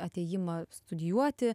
atėjimą studijuoti